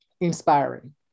inspiring